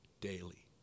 daily